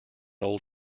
old